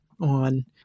on